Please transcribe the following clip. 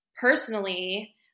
personally